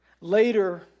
later